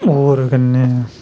होर कन्नै